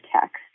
text